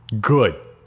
good